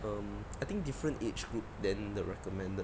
um I think different age group then the recommended